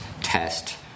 test